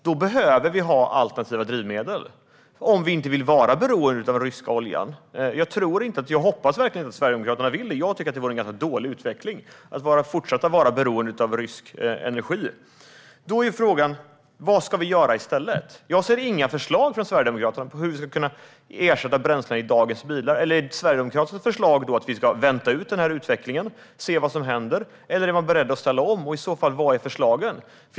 Då behöver vi ha alternativa drivmedel, om vi inte vill vara beroende av den ryska oljan, vilket jag verkligen hoppas att Sverigedemokraterna inte vill. Jag tycker att det vore ganska dåligt att fortsätta vara beroende av rysk energi. Då är frågan: Vad ska vi göra i stället? Jag ser inga förslag från Sverigedemokraterna på hur vi ska kunna ersätta bränslena i dagens bilar. Är Sverigedemokraternas förslag att vi ska vänta ut utvecklingen och se vad som händer, eller är man beredd att ställa om? I så fall, var är förslagen?